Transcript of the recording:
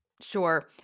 Sure